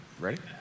Ready